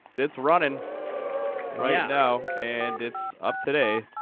it's running right yeah now. and it's up today.